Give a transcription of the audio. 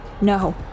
No